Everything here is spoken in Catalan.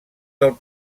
del